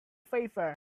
favor